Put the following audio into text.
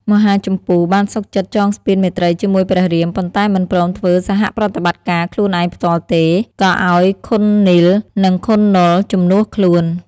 មហាជម្ពូ បានសុខចិត្តចងស្ពានមេត្រីជាមួយព្រះរាម ប៉ុន្តែមិនព្រមធ្វើសហប្រតិបត្តិការខ្លួនឯងផ្ទាល់ទេ ក៏ឱ្យខុននីល និងខុននលជំនួសខ្លួន។